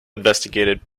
investigated